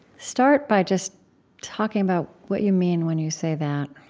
start by just talking about what you mean when you say that